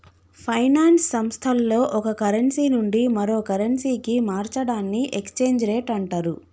finance సంస్థల్లో ఒక currency నుండి మరో కరెన్సీకి మార్చడాన్ని ఎక్స్చేంజ్ రేట్ అంటరు